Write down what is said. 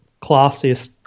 classiest